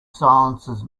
silences